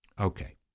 Okay